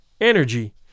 energy